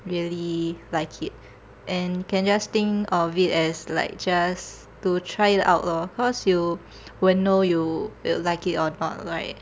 really like it and can just think of it as like just to try it out lor cause you won't know you you will like it or not right